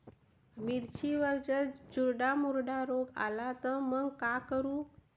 मिर्चीवर जर चुर्डा मुर्डा रोग आला त मंग का करू?